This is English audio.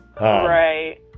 Right